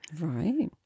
Right